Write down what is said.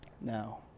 now